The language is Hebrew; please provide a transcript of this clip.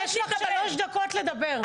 יש לך שלוש דקות לדבר.